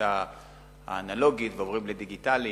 הקליטה האנלוגית ועוברים לדיגיטלי.